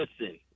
listen